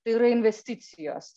tai yra investicijos